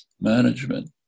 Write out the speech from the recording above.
management